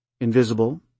invisible